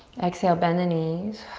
exhale, bend the knees.